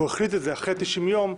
והוא החליט את זה אחרי 90 יום,